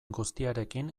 guztiarekin